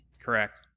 Correct